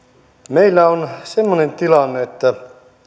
meillä on semmoinen tilanne että